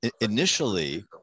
initially